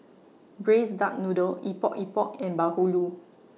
Braised Duck Noodle Epok Epok and Bahulu